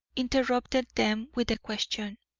interrupted them with the question